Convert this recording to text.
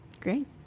great